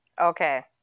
okay